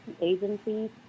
agencies